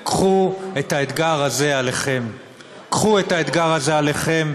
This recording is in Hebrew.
קחו את האתגר הזה עליכם.